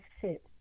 sit